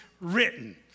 written